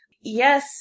Yes